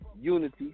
unity